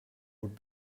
would